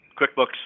QuickBooks